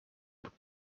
would